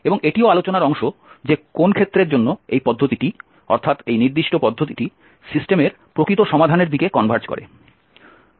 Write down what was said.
এবং এটিও আলোচনার অংশ যে কোন্ ক্ষেত্রের জন্য এই পদ্ধতিটি অর্থাৎ এই নির্দিষ্ট পদ্ধতিটি সিস্টেমের প্রকৃত সমাধানের দিকে কনভার্জ করে